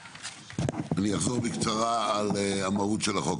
אני אחזור בקצרה על המהות של החוק.